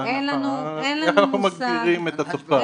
איך אנחנו מגדירים את התופעה.